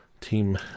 team